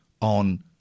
on